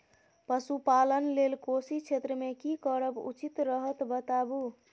पशुपालन लेल कोशी क्षेत्र मे की करब उचित रहत बताबू?